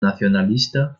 nacionalista